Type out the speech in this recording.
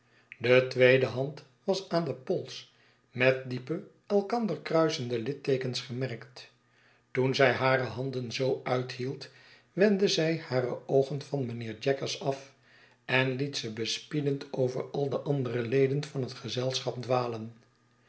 de tweede hand was aan den pols met diepe elkander kruisende litteekens gemerkt toen zij hare handen zoo uithield wendde zij hare oogen van mijnheer jaggers af en liet ze bespiedend over al de andere leden van het gezelschap dwalen